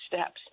steps